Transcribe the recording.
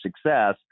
success